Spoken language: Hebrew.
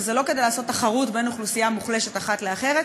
וזה לא כדי לעשות תחרות בין אוכלוסייה מוחלשת אחת לאחרת,